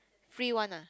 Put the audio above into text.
free one ah